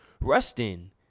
rustin